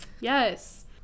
Yes